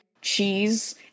cheese